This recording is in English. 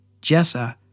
Jessa